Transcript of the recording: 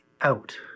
out